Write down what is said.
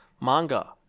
manga